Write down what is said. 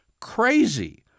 crazy